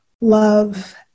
love